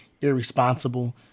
irresponsible